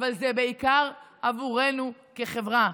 אבל זה בעיקר עבורנו כחברה,